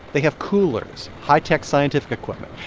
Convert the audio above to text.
they have coolers, high-tech scientific equipment.